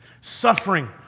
Suffering